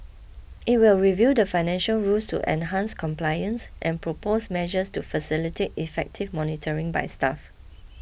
it will review the financial rules to enhance compliance and propose measures to facilitate effective monitoring by staff